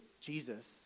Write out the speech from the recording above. Jesus